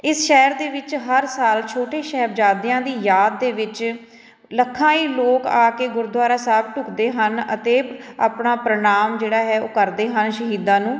ਇਸ ਸ਼ਹਿਰ ਦੇ ਵਿੱਚ ਹਰ ਸਾਲ ਛੋਟੇ ਸਾਹਿਬਜ਼ਾਦਿਆਂ ਦੀ ਯਾਦ ਦੇ ਵਿੱਚ ਲੱਖਾਂ ਹੀ ਲੋਕ ਆ ਕੇ ਗੁਰਦੁਆਰਾ ਸਾਹਿਬ ਢੁਕਦੇ ਹਨ ਅਤੇ ਆਪਣਾ ਪ੍ਰਣਾਮ ਜਿਹੜਾ ਹੈ ਉਹ ਕਰਦੇ ਹਨ ਸ਼ਹੀਦਾਂ ਨੂੰ